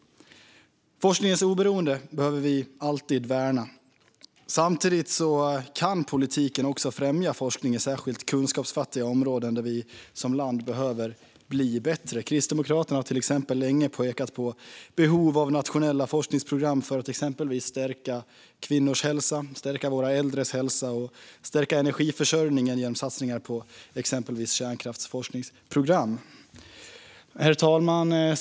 Forskningens oberoende behöver vi alltid värna. Samtidigt kan politiken främja forskning på särskilt kunskapsfattiga områden där vi som land behöver bli bättre. Kristdemokraterna har till exempel länge pekat på behovet av nationella forskningsprogram för att stärka kvinnors och äldres hälsa och kärnkraftsforskningsprogram för att stärka energiförsörjningen. Herr talman!